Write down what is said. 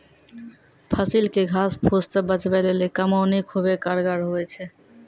फसिल के घास फुस से बचबै लेली कमौनी खुबै कारगर हुवै छै